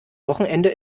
wochenende